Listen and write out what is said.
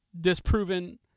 disproven